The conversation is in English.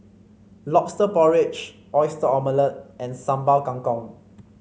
lobster porridge Oyster Omelette and Sambal Kangkong